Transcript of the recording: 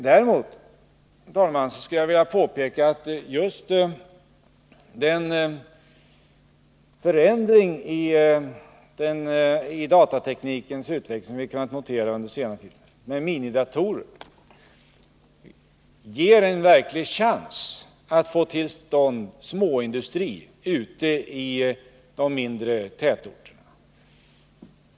Däremot, fru talman, skulle jag vilja påpeka att just den förändring i datateknikens utveckling som vi kunnat notera under senare tid och som innebär en utveckling mot minidatorer ger oss en verklig chans att få till stånd småindustrier ute i de mindre tätorterna.